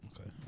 Okay